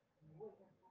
will be